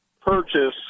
purchase